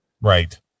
Right